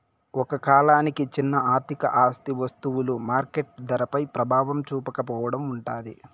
ఒక కాలానికి చిన్న ఆర్థిక ఆస్తి వస్తువులు మార్కెట్ ధరపై ప్రభావం చూపకపోవడం ఉంటాది